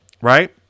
Right